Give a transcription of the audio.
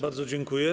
Bardzo dziękuję.